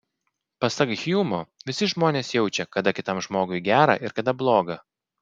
pasak hjumo visi žmonės jaučia kada kitam žmogui gera ir kada bloga